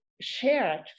shared